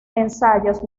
ensayos